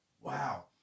Wow